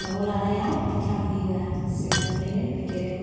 न'आव लानाया भिटामिन होया जों ओरैनो फेदेरो